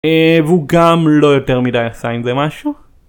והוא גם לא יותר מידי עשה עם זה משהו